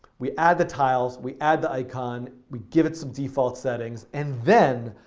we add the tiles. we add the icon. we give it some default settings. and then,